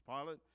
Pilate